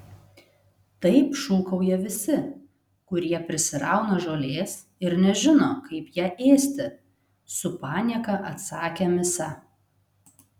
taip šūkauja visi kurie prisirauna žolės ir nežino kaip ją ėsti su panieka atsakė misa